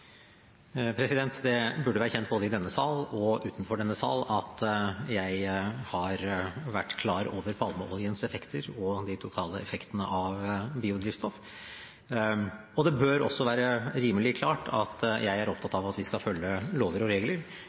Det burde være kjent både i denne sal og utenfor denne sal at jeg har vært klar over palmeoljens effekter og de totale effektene av biodrivstoff, og det bør også være rimelig klart at jeg er opptatt av at vi skal følge lover og regler,